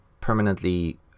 permanently